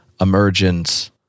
emergence